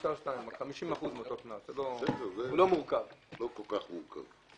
זה לא כל כך מורכב.